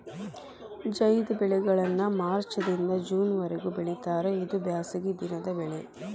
ಝೈದ್ ಬೆಳೆಗಳನ್ನಾ ಮಾರ್ಚ್ ದಿಂದ ಜೂನ್ ವರಿಗೂ ಬೆಳಿತಾರ ಇದು ಬ್ಯಾಸಗಿ ದಿನದ ಬೆಳೆ